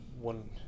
one